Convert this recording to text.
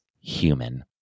human